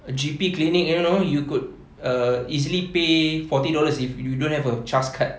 a G_P clinic I don't know you could err easily pay forty dollars if you don't have a CHAS card